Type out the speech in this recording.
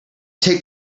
take